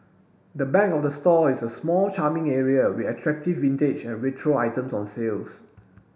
the back of the store is a small charming area with attractive vintage and retro items on sales